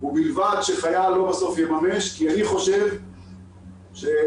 ובלבד שחייל לא יממש, כי אני חושב שיש